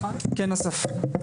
כן, אסף?